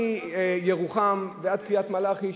מירוחם ועד קריית-מלאכי,